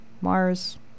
Mars